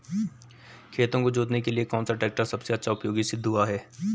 खेतों को जोतने के लिए कौन सा टैक्टर सबसे अच्छा उपयोगी सिद्ध हुआ है?